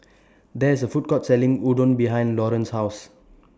There IS A Food Court Selling Udon behind Lauren's House